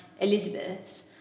Elizabeth